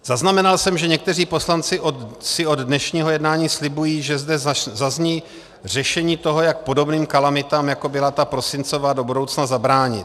Zaznamenal jsem, že někteří poslanci si od dnešního jednání slibují, že zde zazní řešení toho, jak podobným kalamitám, jako byla ta prosincová, do budoucna zabránit.